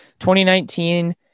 2019